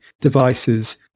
devices